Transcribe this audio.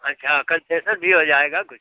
अच्छा कन्सेसन भी हो जाएगा कुछ